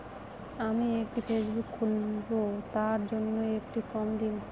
আমি একটি ফেসবুক খুলব তার জন্য একটি ফ্রম দিন?